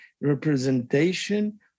representation